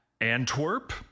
Antwerp